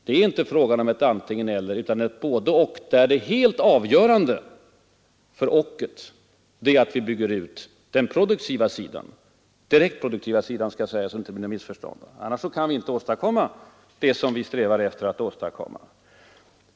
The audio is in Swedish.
Det är inte fråga om ett antingen —eller utan ett både—och, där det helt avgörande för och-et är att vi bygger ut den direkt produktiva sidan. Annars kan vi inte åstadkomma det vi strävar efter att åstadkomma.